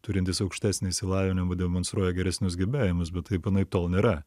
turintys aukštesnį išsilavinimą demonstruoja geresnius gebėjimus bet taip anaiptol nėra